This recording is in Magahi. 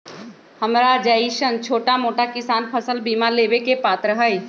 हमरा जैईसन छोटा मोटा किसान फसल बीमा लेबे के पात्र हई?